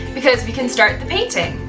because we can start the painting!